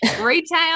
retail